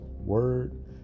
word